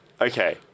Okay